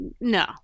No